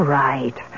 right